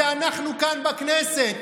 זה אנחנו כאן בכנסת.